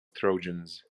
trojans